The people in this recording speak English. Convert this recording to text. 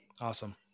Awesome